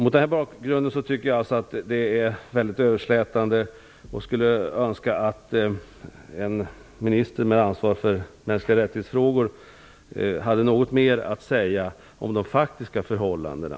Mot denna bakgrund tycker jag att svaret är väldigt överslätande. Jag skulle önska att en minister med ansvar för mänskliga rättighets-frågor hade något mer att säga om de faktiska förhållandena.